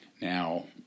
Now